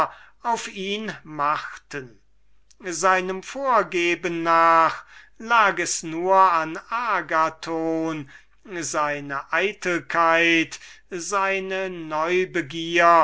auf ihn machten seinem vorgeben nach lag es nur an agathon seine eitelkeit seine neubegier